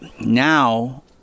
now